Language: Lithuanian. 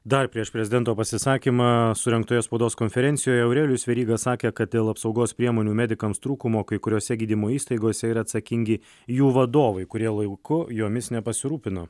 dar prieš prezidento pasisakymą surengtoje spaudos konferencijoje aurelijus veryga sakė kad dėl apsaugos priemonių medikams trūkumo kai kuriose gydymo įstaigose yra atsakingi jų vadovai kurie laiku jomis nepasirūpino